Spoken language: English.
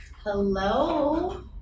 Hello